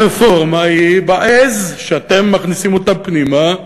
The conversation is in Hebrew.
הרפורמה היא בעז שאתם מכניסים פנימה,